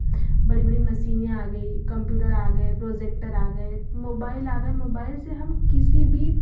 बड़ी बड़ी मशीनें आ गई कंप्यूटर आ गए प्रोजेक्टर आ गए मोबाइल आ गए मोबाइल से हम किसी भी